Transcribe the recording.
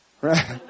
Right